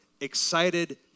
excited